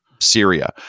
Syria